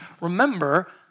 Remember